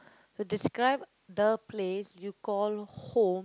to describe the place you call home